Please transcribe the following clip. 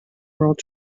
world